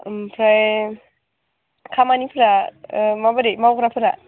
ओमफ्राय खामानिफ्रा माबायदि मावग्राफोरा